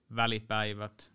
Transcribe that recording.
välipäivät